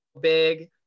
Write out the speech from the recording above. big